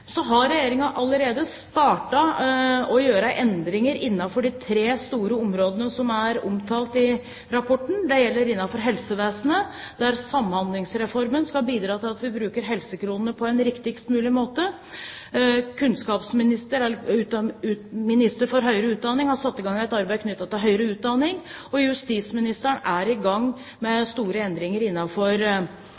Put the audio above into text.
allerede startet med å gjøre endringer innenfor de tre store områdene som er omtalt i rapporten. Det gjelder innenfor helsevesenet, der Samhandlingsreformen skal bidra til at vi bruker helsekronene på en riktigst mulig måte. Ministeren for høyere utdanning har satt i gang et arbeid for høyere utdanning, og justisministeren er i gang med